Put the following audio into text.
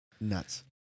Nuts